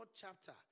chapter